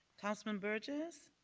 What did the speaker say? councilman burgess.